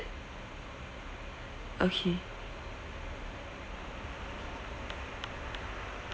okay